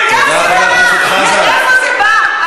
מבינים מאיפה זה קורה.